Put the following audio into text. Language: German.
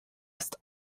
ist